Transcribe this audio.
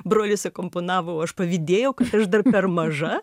brolis akompanavo o aš pavydėjau kad aš dar per maža